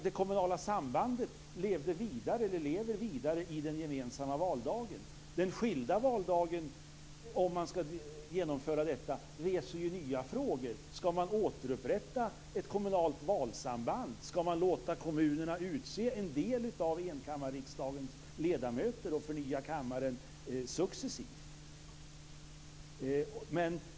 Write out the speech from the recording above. Det kommunala sambandet har levt vidare genom den gemensamma valdagen. Om skilda valdagar ska genomföras så reser det nya frågor: Ska man återupprätta ett kommunalt valsamband? Ska man låta kommunerna utse en del av enkammarriksdagens ledamöter och förnya kammaren successivt?